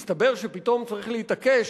מסתבר שפתאום צריך להתעקש,